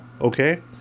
okay